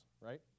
right